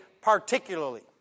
particularly